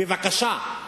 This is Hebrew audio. בבקשה.